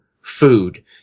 food